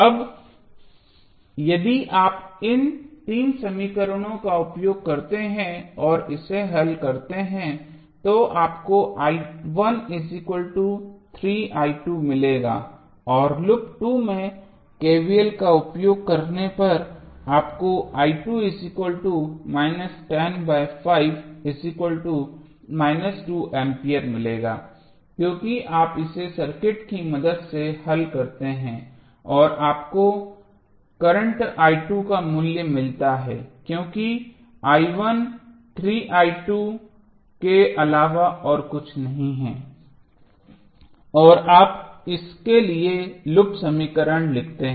अब यदि आप इन तीन समीकरणों का उपयोग करते हैं और इसे हल करते हैं तो आपको मिलेगा और लूप 2 में KVL का उपयोग करने पर आपको A मिलेगा क्योंकि आप इसे सर्किट की मदद से हल करते हैं और आपको करंटका मूल्य मिलता है क्योंकि के अलावा और कुछ नहीं है और आप इसके लिए लूप समीकरण लिखते हैं